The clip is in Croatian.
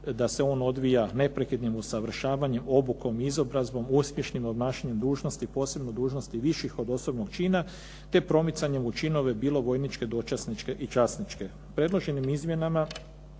da se on odvija neprekidnim usavršavanjem, obukom i izobrazbom, uspješnim obnašanjem dužnosti posebno dužnosti viših od osobnog čina te promicanje u činove bilo vojničke, dočasničke i časničke. Predloženim izmjenama